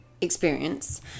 experience